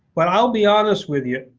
but i'll be honest with you,